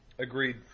Agreed